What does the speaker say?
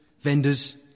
vendors